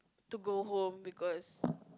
to go home because